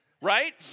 right